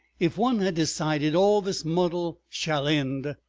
if one had decided all this muddle shall end!